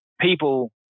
people